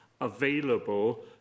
available